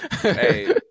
Hey